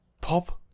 Pop